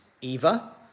eva